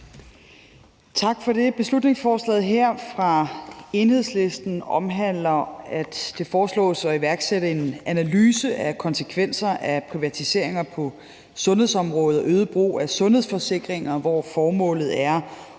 Tak for det. I beslutningsforslaget her fra Enhedslisten foreslås det at iværksætte en analyse af konsekvenser af privatiseringer på sundhedsområdet og øget brug af sundhedsforsikringer. Formålet er at